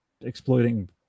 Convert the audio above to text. exploiting